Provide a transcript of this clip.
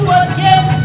again